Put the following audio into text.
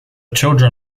children